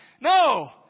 No